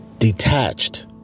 Detached